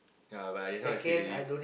ya but I just now I said already